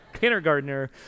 kindergartner